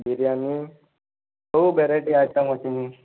ବିରିୟାନୀ ସବୁ variety item ଅଛି